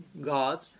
God